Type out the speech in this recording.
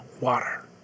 water